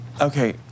Okay